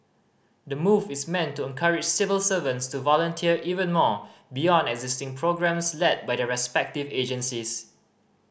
the move is meant to encourage civil servants to volunteer even more beyond existing programmes led by their respective agencies